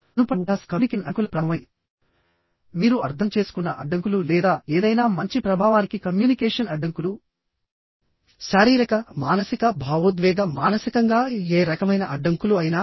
మునుపటి ఉపన్యాసం కమ్యూనికేషన్ అడ్డంకులతో ప్రారంభమైంది మీరు అర్థం చేసుకున్న అడ్డంకులు లేదా ఏదైనా మంచి ప్రభావానికి కమ్యూనికేషన్ అడ్డంకులు శారీరక మానసిక భావోద్వేగమానసికం గా ఏ రకమైన అడ్డంకులు అయినా